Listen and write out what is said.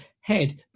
head